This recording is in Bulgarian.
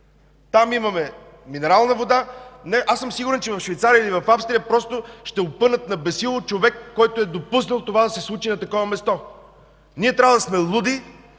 Там има минерална вода. Сигурен съм, че в Швейцария или Австрия ще опънат на бесилото човек, който е допуснал това да се случи на такова място! Трябва да сме луди,